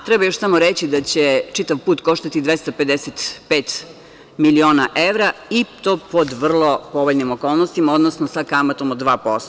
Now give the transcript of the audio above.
Treba još samo reći da će čitav put koštati 255 miliona evra i to pod vrlo povoljnim okolnostima, odnosno sa kamatom od 2%